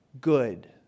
good